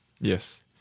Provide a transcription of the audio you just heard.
Yes